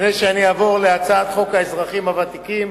לפני שאני אעבור להצעת חוק האזרחים הוותיקים,